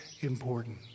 important